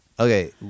Okay